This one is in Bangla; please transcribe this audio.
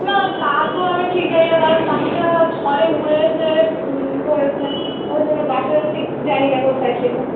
না তা তো আমি ঠিক জানি না কারণ পাখিটা ঝড়ে উড়ে এসে পড়েছে ওই জন্যে বাসাটা ঠিক জানি না কোথায় ছিল